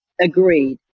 agreed